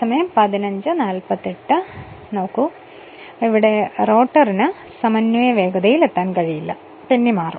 അതിനാൽ റോട്ടറിന് സമന്വയ വേഗതയിൽ എത്താൻ കഴിയില്ല അത് തെന്നിമാറും